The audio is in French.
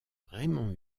raymond